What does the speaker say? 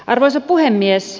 arvoisa puhemies